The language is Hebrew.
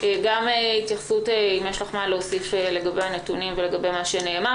אם יש לך מה להוסיף לגבי הנתונים ולגבי מה שנאמר